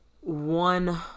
one